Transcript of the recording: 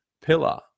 pillar